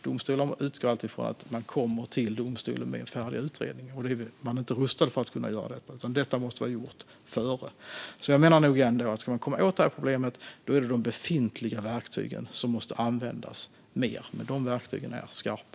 Domstolar utgår alltid från att man kommer till domstolen med färdiga utredningar. De är inte rustade för att göra detta. Detta måste vara gjort innan man kommer dit. Ska man komma åt det här problemet är det de befintliga verktygen som måste användas mer, men de verktygen är skarpa.